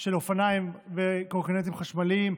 של אופניים וקורקינטים חשמליים,